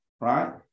right